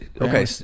Okay